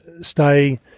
stay